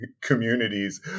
communities